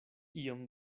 iom